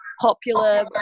popular